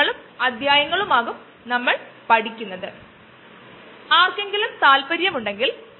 അത് ബുദ്ധിമുട്ടുണ്ട് കുറച്ചു സമയമെൻകിലും പരീക്ഷണാർത്ഥം വേറെ പല പകരംവെക്കലുകളും ഇന്നു ലഭ്യമാണ്